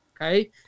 Okay